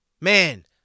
Man